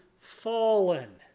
fallen